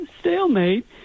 stalemate